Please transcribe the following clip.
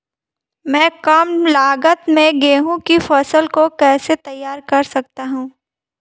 मैं कम लागत में गेहूँ की फसल को कैसे तैयार कर सकता हूँ?